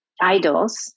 idols